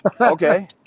Okay